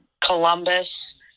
Columbus